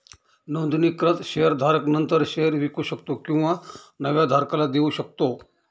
नोंदणीकृत शेअर धारक नंतर शेअर विकू शकतो किंवा नव्या धारकाला देऊ शकतो